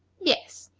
yes,